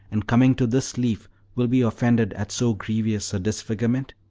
and coming to this leaf will be offended at so grievous a disfigurement!